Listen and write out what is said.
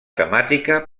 temàtica